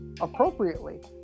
appropriately